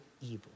evil